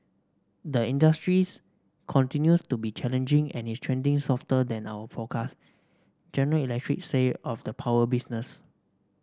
the industries continues to be challenging and is trending softer than our forecast General Electric said of the power business